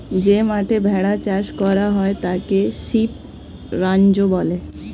যে মাঠে ভেড়া চাষ করা হয় তাকে শিপ রাঞ্চ বলে